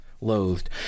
loathed